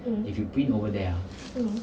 mm mm